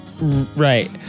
Right